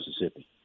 Mississippi